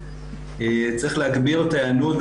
צריך להגביר את ההיענות,